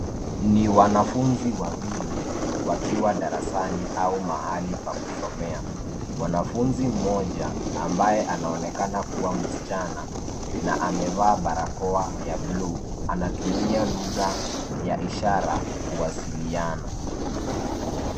Ni wanafunzi wawili wakiwa darasani au mahali pa kusomea. Mwanafunzi mmoja ambaye anaonekana kuwa msichana na amevalia barakoa ya bluu anatumia lugha ya ishara kuwasiliana.